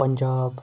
Punjab